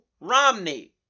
Romney